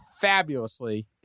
fabulously